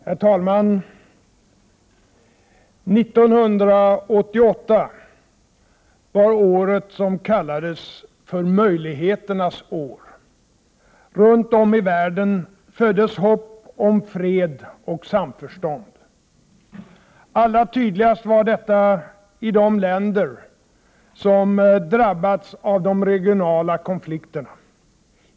Herr talman! 1988 var året som kallades för möjligheternas år. Runt om i världen föddes hopp om fred och samförstånd. Allra tydligast var detta i de länder som drabbats av de regionala konflikterna.